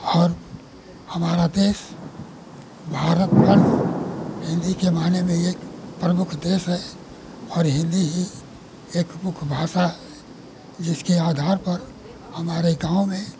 और हमारा देश भारतवर्ष हिन्दी के मायने में एक प्रमुख देश है और हिन्दी ही एक मुख्य भाषा है जिसके आधार पर हमारे गाँव में